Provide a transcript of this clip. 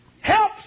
helps